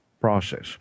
process